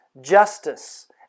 justice